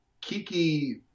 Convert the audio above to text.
Kiki